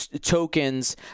tokens